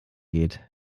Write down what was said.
geht